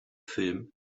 film